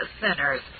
sinners